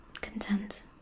content